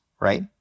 right